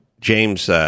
James